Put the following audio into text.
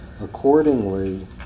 Accordingly